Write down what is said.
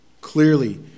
clearly